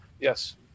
Yes